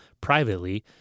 privately